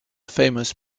famous